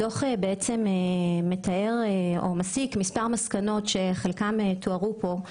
הדוח מסיק מסקנות שתוארו כאן,